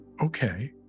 okay